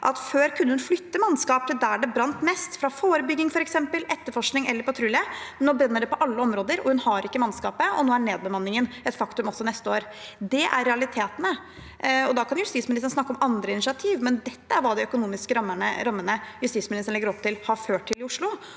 at før kunne hun flytte mannskap til der det brant mest fra f.eks. forebygging, etterforskning eller patrulje. Nå brenner det på alle områder, og hun har ikke mannskapet. Og nå er nedbemanningen et faktum også for neste år. Det er realitetene. Justisministeren kan snakke om andre initiativ, men dette er hva de økonomiske rammene som justisministeren legger opp til, har ført til i Oslo.